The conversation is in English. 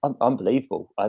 unbelievable